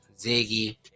Ziggy